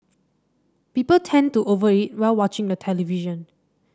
people tend to over eat while watching the television